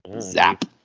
Zap